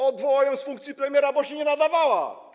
Odwołał ją z funkcji premiera, bo się nie nadawała.